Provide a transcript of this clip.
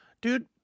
dude